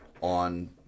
on